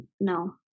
no